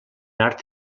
art